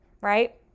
right